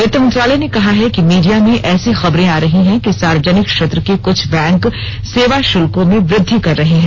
वित्त मंत्रालय ने कहा है कि मीडिया में ऐसी खबरें आ रही हैं कि सार्वजनिक क्षेत्र के कृष्ठ बैंक सेवा शुल्कों में वृद्धि कर रहे हैं